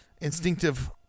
instinctive